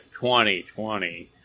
2020